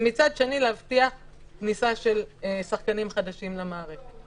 ומצד שני להבטיח כניסה של שחקנים חדשים למערכת.